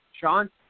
Sean